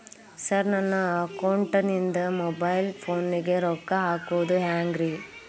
Sir ನನ್ನ ಅಕೌಂಟದಿಂದ mobile ಫೋನಿಗೆ ರೊಕ್ಕ ಹಾಕೋದು ಹೆಂಗ್ರಿ?